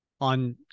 on